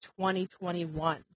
2021